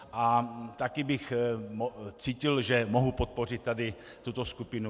A taky bych cítil, že mohu podpořit tady tuto skupinu.